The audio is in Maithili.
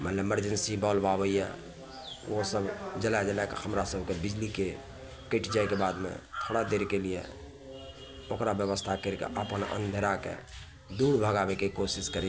मने इमर्जेंसी बल्ब आबैए ओ सब जला जलाके हमरा सबके बिजलीके कटि जाइके बादमे थोड़ा देरके लिए ओकरा बेबस्था करिके अपन अँधेराके दूर भगाबैके कोशिश करै